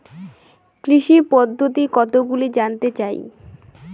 কৃষি পদ্ধতি কতগুলি জানতে চাই?